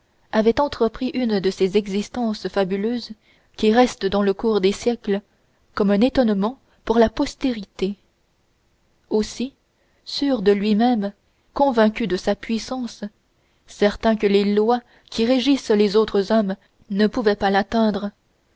avait entrepris une de ces existences fabuleuses qui restent dans le cours des siècles comme un étonnement pour la postérité aussi sûr de lui-même convaincu de sa puissance certain que les lois qui régissent les autres hommes ne pouvaient l'atteindre